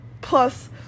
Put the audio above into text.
plus